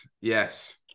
yes